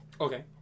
Okay